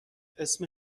اسم